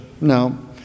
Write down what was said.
no